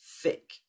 thick